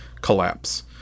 collapse